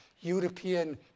European